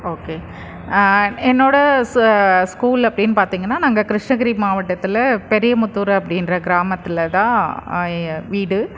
okay என்னோட school அப்படின்னு பார்த்திங்கன்னா நாங்கள் கிருஷ்ணகிரி மாவட்டத்தில் பெரிய முத்தூர் அப்படின்ற கிராமத்தில் தான் வீடு